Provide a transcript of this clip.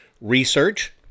research